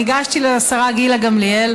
ניגשתי לשרה גילה גמליאל,